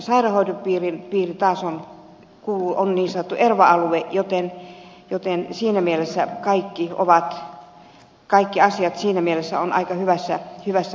sairaanhoitopiiri taas on niin sanottu erva alue joten siinä mielessä kaikki asiat ovat aika hyvässä jamassa